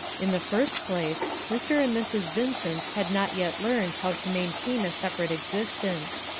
in the first place, mr. and mrs. vincent had not yet learned how to maintain a separate existence.